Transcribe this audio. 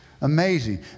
Amazing